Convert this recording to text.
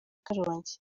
karongi